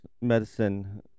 medicine